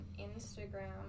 Instagram